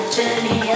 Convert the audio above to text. journey